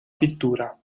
pittura